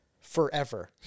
Forever